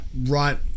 right